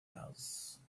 else